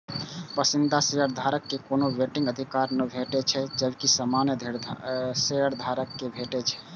पसंदीदा शेयरधारक कें कोनो वोटिंग अधिकार नै भेटै छै, जबकि सामान्य शेयधारक कें भेटै छै